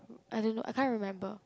I don't know I can't remember